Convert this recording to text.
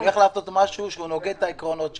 הולך לעשות משהו שנוגד את העקרונות שלי,